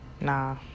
Nah